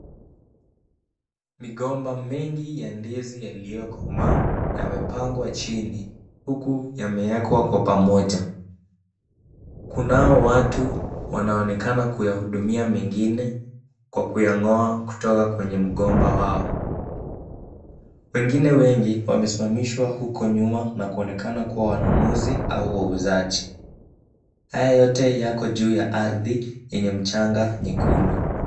Migomba mengi ya ndizi yaliyokomaa yamepangwa chini huku yamewekwa kwa pamoja. Kunao watu wanaonekana kuyahudumia mengine kwa kuyang'oa kutoka kwenye mgomba wao. Wengine wengi wamesimamishwa huko nyuma na kuonekana kuwa wanunuzi au wauzaji. Haya yote yako juu ya ardhi yenye mchanga nyekundu.